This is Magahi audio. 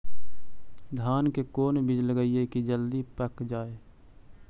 धान के कोन बिज लगईयै कि जल्दी पक जाए?